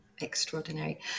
Extraordinary